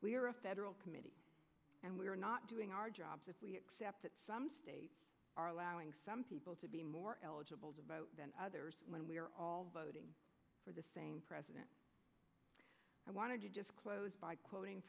are a federal committee and we are not doing our jobs if we accept that some are allowing some people to be more eligible to vote than others when we are all voting for the same president i wanted to just close by quoting